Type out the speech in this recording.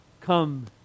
come